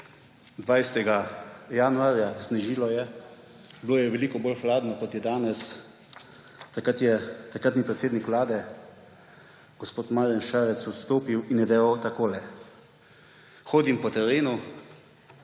20. januarja. Snežilo je. Bilo je veliko bolj hladno, kot je danes. Takrat je takratni predsednik Vlade gospod Marjan Šarec odstopil in je dejal takole: Hodim po terenu,